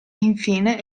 infine